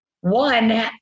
One